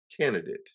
candidate